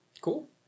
cool